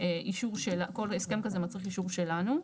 אישור שלנו.